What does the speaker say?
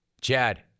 Chad